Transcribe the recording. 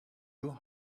your